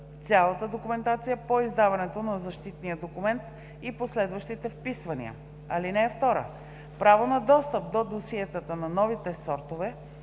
цялата документация по издаването на защитния документ и последващите вписвания. (2) Право на достъп до досиетата на новите сортове